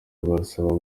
bazaba